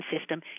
system